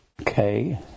Okay